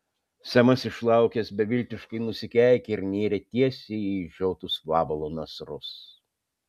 semas išlaukęs beviltiškai nusikeikė ir nėrė tiesiai į išžiotus vabalo nasrus